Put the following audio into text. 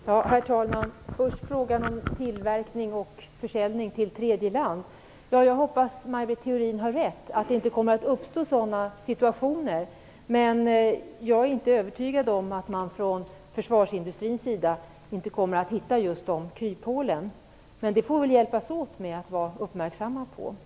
Herr talman! Först frågan om tillverkning och försäljning till tredje land. Jag hoppas att Maj Britt Theorin har rätt, att det inte kommer att uppstå sådana situationer. Men jag är inte övertygad om att man från försvarsindustrins sida inte kommer att hitta just de kryphålen. Men vi får väl hjälpas åt med att vara uppmärksamma på detta.